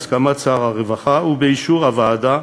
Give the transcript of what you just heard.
בהסכמת שר הרווחה ובאישור הוועדה,